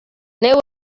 neu